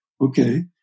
okay